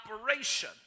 operation